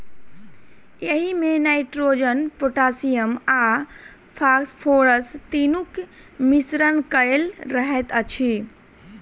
एहिमे nitrogen, potassium आ phosphorus तीनूक मिश्रण कएल रहैत अछि